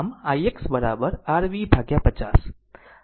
આમ ix ખરેખર r V 50